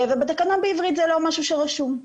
ובתקנון בעברית זה לא משהו שרשום.